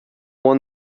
won